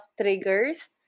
triggers